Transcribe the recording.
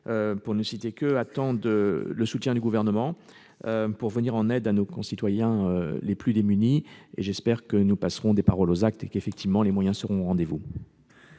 pour ne citer qu'eux, attendent le soutien du Gouvernement pour venir en aide à nos concitoyens les plus démunis. J'espère que nous passerons des paroles aux actes et que les moyens seront effectivement au rendez-vous.